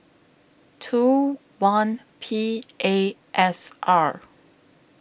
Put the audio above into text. two one P A S R